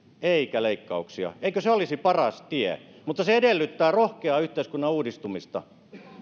eikä leikkauksia eikö se olisi paras tie mutta se edellyttää rohkeaa yhteiskunnan uudistumista